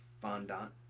Fondant